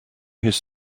his